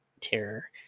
terror